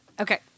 Okay